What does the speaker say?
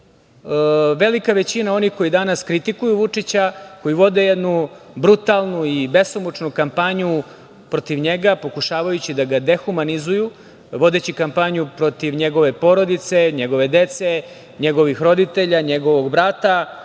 Velika većina onih koji danas kritikuju Vučića, koji vode jednu brutalnu i besomučnu kampanju protiv njega, pokušavajući da ga dehumanizuju vodeći kampanju protiv njegove porodice, njegove dece, njegovih roditelja, njegovog brata,